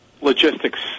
logistics